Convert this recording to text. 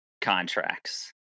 contracts